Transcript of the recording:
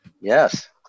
Yes